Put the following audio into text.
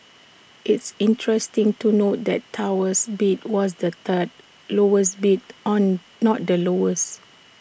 it's interesting to note that Tower's bid was the third lowest bid on not the lowest